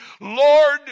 Lord